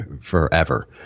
forever